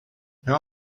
how